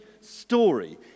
story